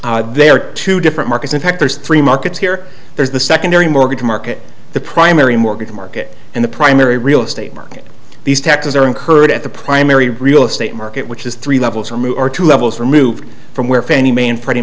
incur they are two different markets in fact there's three markets here there's the secondary mortgage market the primary mortgage market and the primary real estate market these taxes are incurred at the primary real estate market which is three levels and are two levels removed from where